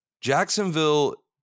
Jacksonville